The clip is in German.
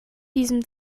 diesem